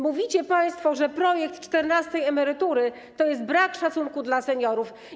Mówicie państwo, że projekt dotyczący czternastej emerytury to jest brak szacunku dla seniorów.